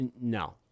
no